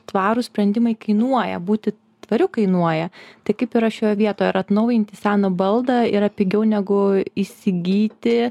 tvarūs sprendimai kainuoja būti tvariu kainuoja tai kaip yra šioje vietoje ar atnaujinti seną baldą yra pigiau negu įsigyti